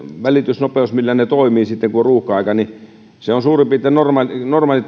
välitysnopeus millä ne toimivat sitten kun on ruuhka aika on suurin piirtein niin että normaalit